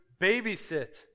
babysit